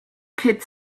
kid